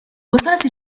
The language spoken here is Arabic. وصلت